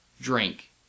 Drink